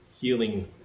healing